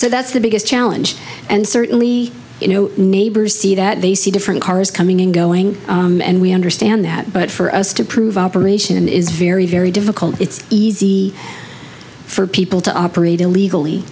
so that's the biggest challenge and certainly you know neighbors see that they see different cars coming and going and we understand that but for us to prove operation is very very difficult it's easy for people to operate illegally